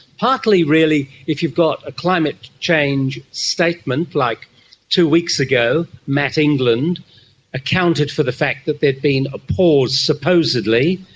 partly really if you've got a climate change statement, like two weeks ago matt england accounted for the fact that there had been a pause, supposedly,